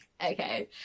Okay